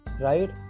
right